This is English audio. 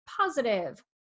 positive